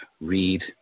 Read